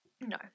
no